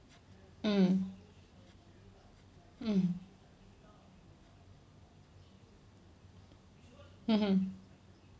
mm mm mmhmm